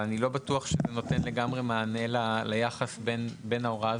אבל אני לא בטוח שזה נותן לגמרי מענה ליחס בין ההוראה